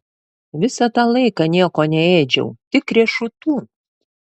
visą tą laiką nieko neėdžiau tik riešutų